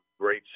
great